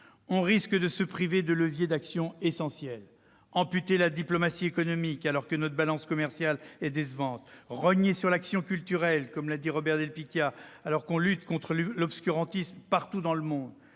on risque de se priver de leviers d'actions essentiels : amputer la diplomatie économique, alors que notre balance commerciale est décevante ; rogner sur l'action culturelle, alors qu'on lutte contre l'obscurantisme partout dans le monde